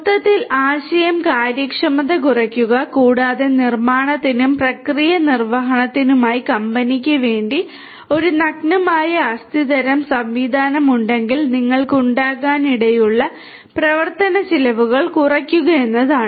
മൊത്തത്തിൽ ആശയം കാര്യക്ഷമത കുറയ്ക്കുക കൂടാതെ നിർമ്മാണത്തിനും പ്രക്രിയ നിർവ്വഹണത്തിനുമായി കമ്പനിക്ക് വേണ്ടി ഒരു നഗ്നമായ അസ്ഥി തരം സംവിധാനം ഉണ്ടെങ്കിൽ നിങ്ങൾക്ക് ഉണ്ടാകാനിടയുള്ള പ്രവർത്തന ചെലവുകൾ കുറയ്ക്കുക എന്നതാണ്